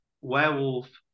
werewolf